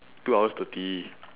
two hours thirty